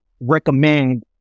recommend